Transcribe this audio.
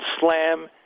slam